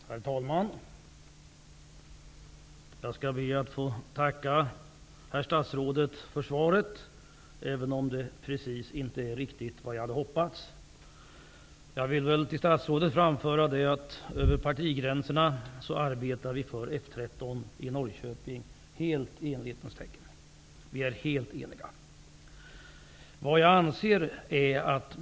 Herr talman! Jag skall be att få tacka statsrådet för svaret, även om det inte riktigt är vad jag hade hoppats. Jag vill till statsrådet framföra att vi över partigränserna arbetar för F 13 i Norrköping, helt i enighetens tecken. Vi är helt eniga.